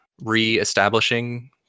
re-establishing